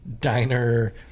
diner